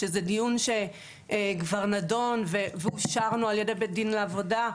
שזה דיון שכבר נדון ואושרנו על ידי בית דין לעבודה,